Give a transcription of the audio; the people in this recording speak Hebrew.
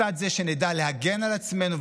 לצד זה שנדע להגן על עצמנו,